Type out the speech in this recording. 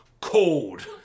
cold